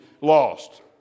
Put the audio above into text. lost